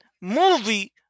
movie